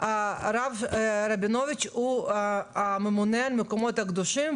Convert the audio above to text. הרב רבינוביץ' הוא הממונה על המקומות הקדושים,